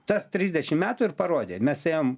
tas trisdešim metų ir parodė mes ėjom